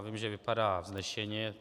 Vím, že vypadá vznešeně.